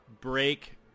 break